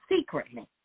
secretly